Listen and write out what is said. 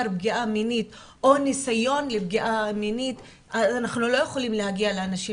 פגיעה מינית או ניסיון לפגיעה מינית אנחנו לא יכולים להגיע לאנשים,